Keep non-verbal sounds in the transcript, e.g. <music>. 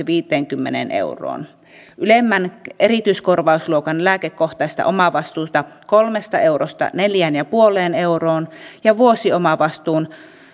<unintelligible> viiteenkymmeneen euroon ylemmän erityiskorvausluokan lääkekohtaista omavastuuta kolmesta eurosta neljään pilkku viiteenkymmeneen euroon ja vuosiomavastuun